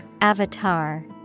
Avatar